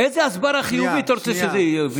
לאיזה הסברה חיובית אתה רוצה שזה יוביל?